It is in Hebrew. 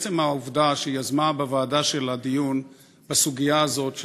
עצם העובדה שהיא יזמה בוועדה שלה דיון בסוגיה הזאת,